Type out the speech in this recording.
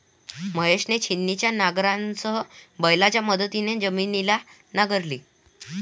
महेशने छिन्नीच्या नांगरासह बैलांच्या मदतीने जमीन नांगरली